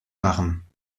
machen